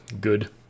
good